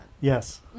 Yes